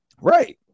right